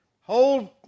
Hold